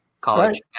college